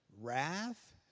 wrath